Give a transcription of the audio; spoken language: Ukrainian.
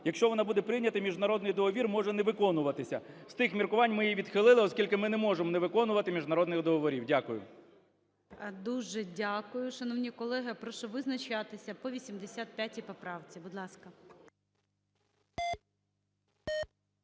Якщо вона буде прийнята, міжнародний договір може не виконуватися. З тих міркувань ми її відхили, оскільки ми не можемо не виконувати міжнародних договорів. Дякую. ГОЛОВУЮЧИЙ. Дуже дякую. Шановні колеги, я прошу визначатися по 85 поправці, будь ласка.